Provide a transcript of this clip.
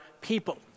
people